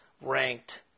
ranked